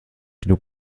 genug